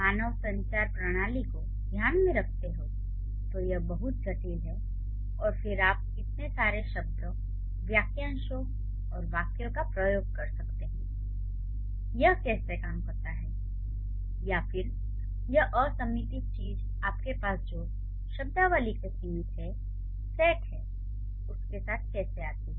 मानव संचार प्रणाली को ध्यान में रखे तो यह बहुत जटिल है और फिर आप इतने सारे शब्दों वाक्यांशों और वाक्यों का उपयोग करते हैं यह कैसे काम करता है या फिर यह असीमित चीज़ आपके पास जो शब्दावली के सीमित सेट है उसके साथ कैसे आती है